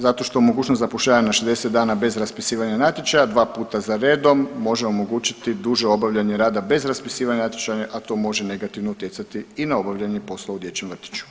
Zato što mogućnost zapošljavanja na 60 dana bez raspisivanja natječaja 2 puta za redom može omogućiti duže obavljanje rada bez raspisivanja natječaja, a to može negativno utjecati i na obavljanje poslova u dječjem vrtiću.